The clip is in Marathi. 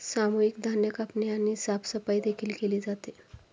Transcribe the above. सामूहिक धान्य कापणी आणि साफसफाई देखील केली जाते